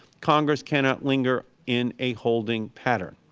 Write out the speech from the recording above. congress cannot linger in a holding pattern.